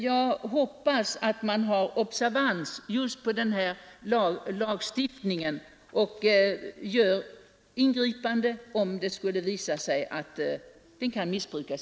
Jag hoppas att man har denna lagstiftning under observans och ingriper om det skulle visa sig att den än en gång missbrukas.